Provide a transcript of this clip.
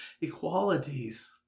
equalities